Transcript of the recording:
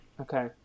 Okay